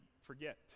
forget